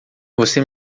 você